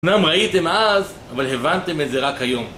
אמנם ראיתם אז, אבל הבנתם את זה רק היום.